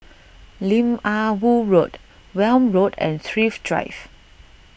Lim Ah Woo Road Welm Road and Thrift Drive